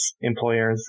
employers